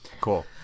Cool